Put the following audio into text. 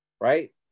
right